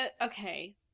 okay